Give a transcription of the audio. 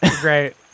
Great